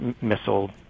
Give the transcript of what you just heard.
missile